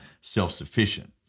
self-sufficient